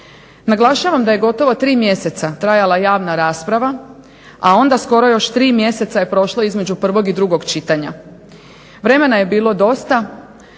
Naglašavam da je gotovo tri mjeseca trajala javna rasprava a onda skoro još tri mjeseca je prošlo između prvog i drugog čitanja. Vremena je bilo dosta,